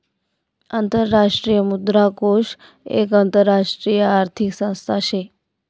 आंतरराष्ट्रीय मुद्रा कोष एक आंतरराष्ट्रीय आर्थिक संस्था शे